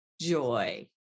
joy